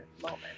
moment